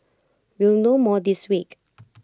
we'll know more this week